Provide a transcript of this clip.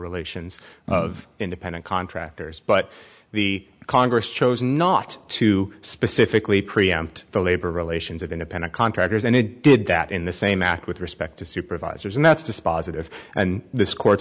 relations of independent contractors but the congress chose not to specifically preempt the labor relations of independent contractors and it did that in the same act with respect to supervisors and that's dispositive and this court